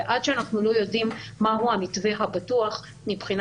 ועד שאנחנו לא יודעים מהו המתווה הבטוח מבחינה